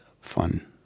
fun